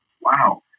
wow